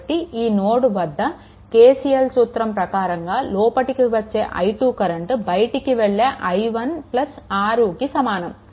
కాబట్టి ఈ నోడ్ వద్ద KCL సూత్రం ప్రకారంగా లోపలికి వచ్చే i2 కరెంట్ బయటికి వెళ్ళే i1 6కి సమానం